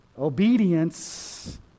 Obedience